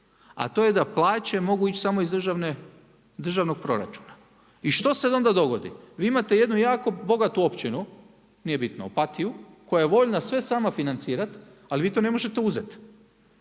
a to je da plaće mogu ići samo iz državnog proračuna. I što se onda dogodi. Vi imate jednu jako bogatu općinu, nije bitno Opatiju, koja je voljna sve sama financirati, ali vi to ne možete uzeti,